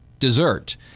dessert